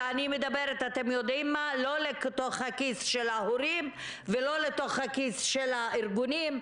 לא לתוך הכיס של ההורים ולא לתוך הכיס של הארגונים,